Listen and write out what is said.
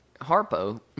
Harpo